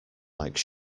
like